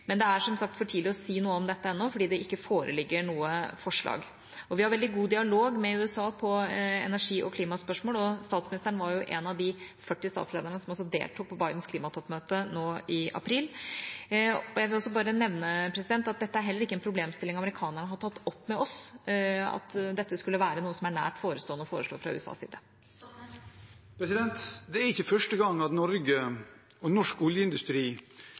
Det er som sagt for tidlig å si noe om dette ennå, fordi det ikke foreligger noe forslag. Vi har veldig god dialog med USA på energi- og klimaspørsmål, og statsministeren var en av de 40 statslederne som deltok på Bidens klimatoppmøte nå i april. Jeg vil også bare nevne at dette er heller ikke en problemstilling amerikanerne har tatt opp med oss, at dette skulle være noe som er nært forestående å foreslå fra USAs side. Det er ikke første gang Norge og norsk oljeindustri